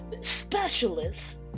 specialists